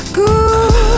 good